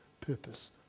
purpose